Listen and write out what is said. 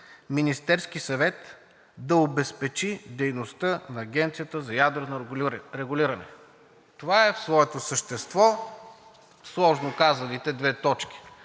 Министерският съвет да обезпечи дейността на Агенцията за ядрено регулиране. Това са в своето същество сложно казаните две точки.